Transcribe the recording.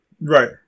Right